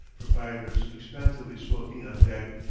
proprietors expansively smoking on deck,